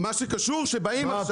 מה קשור למה שהחוק הזה אומר?